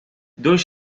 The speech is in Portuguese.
dois